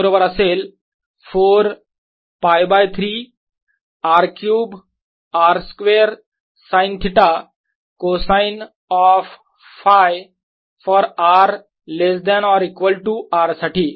हे बरोबर असेल 4 π by 3 R cube r square sine theta cosine of Φ for r less than or equal to R साठी